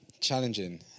challenging